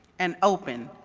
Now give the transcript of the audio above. an open,